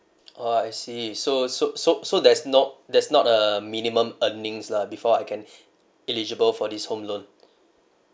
orh I see so so so so there's no there's not a minimum earnings lah before I can eligible for this home loan